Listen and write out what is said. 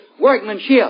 workmanship